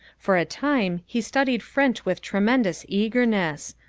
for a time he studied french with tremendous eagerness.